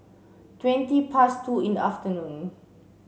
twenty past two in the afternoon